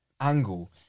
angle